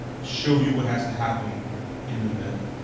show you what has to happen in the middle,